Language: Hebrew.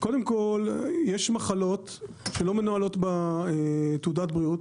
קודם כל יש מחלות שלא מנוהלות בתעודת בריאות,